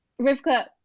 rivka